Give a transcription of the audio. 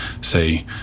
say